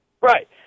Right